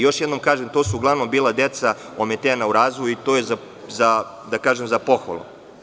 Još jednom kažem, to su uglavnom bila deca ometena u razvoju i to je za pohvalu.